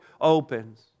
opens